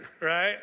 right